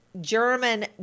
German